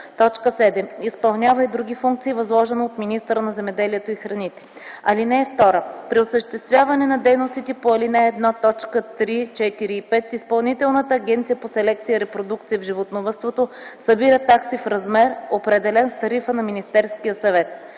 7. изпълнява и други функции, възложени от министъра на земеделието и храните. (2) При осъществяване на дейностите по ал. 1, т. 3, 4 и 5 Изпълнителната агенция по селекция и репродукция в животновъдството събира такси в размер, определен с тарифа на Министерския съвет.